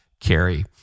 carry